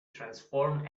transform